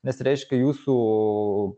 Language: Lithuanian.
nes reiškia jūsų